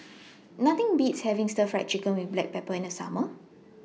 Nothing Beats having Stir Fry Chicken with Black Pepper in The Summer